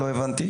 לא הבנתי.